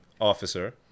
officer